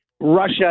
Russia